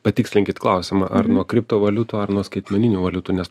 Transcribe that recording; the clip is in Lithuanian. patikslinkit klausiama ar nuo kriptovaliutų ar nuo skaitmeninių valiutų nes